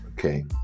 okay